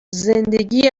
زندگی